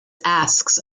asks